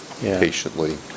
patiently